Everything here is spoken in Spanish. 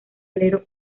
alero